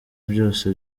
byose